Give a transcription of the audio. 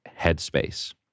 headspace